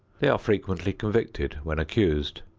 they are frequently convicted when accused.